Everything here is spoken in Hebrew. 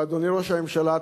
ואדוני ראש הממשלה,